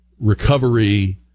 recovery